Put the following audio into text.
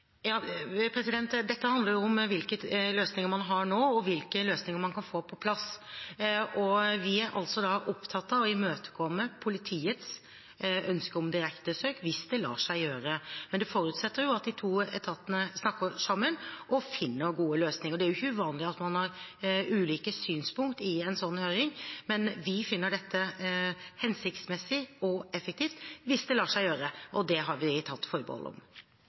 Dette handler om hvilke løsninger man har nå, og hvilke løsninger man kan få på plass. Vi er opptatt av å imøtekomme politiets ønske om direkte søk, hvis det lar seg gjøre. Men det forutsetter at de to etatene snakker sammen og finner gode løsninger. Det er jo ikke uvanlig at man har ulike synspunkt i en sånn høring, men vi finner dette hensiktsmessig og effektivt, hvis det lar seg gjøre. Og det har vi tatt forbehold om.